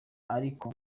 ariko